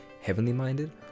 heavenly-minded